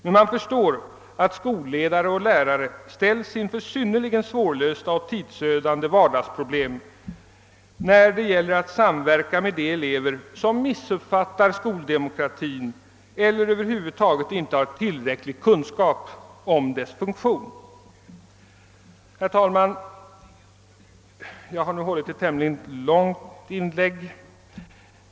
Men man förstår att skolledare och lärare ställs inför synnerligen svårlösta och tidsödande vardagsproblem när det gäller att samverka med de elever som missuppfattat skoldemokratin eller över huvud taget inte har tillräcklig kunskap om dess funktion. Herr talman! Jag har nu gjort ett tämligen långt inlägg.